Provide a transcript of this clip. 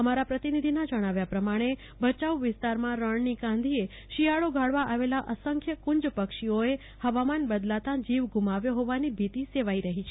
આમારા પ્રતિનીધીનાં જણાવ્યા પ્રમાણે ભચાઉ વિસ્તારમાં રણન્રી ક્રાંધ્રીએ શિથાળો ગાળવા આવેલા અસંખ્ય કુંજપક્ષીઓએ ફવામાન બદલાતા જીવ ગુમાવ્યો ફોવાથી ભીતિ સધાઈ રફી છે